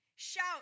Shout